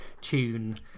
tune